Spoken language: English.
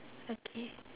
okay